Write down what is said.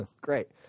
great